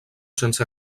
sense